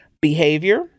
Behavior